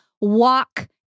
walk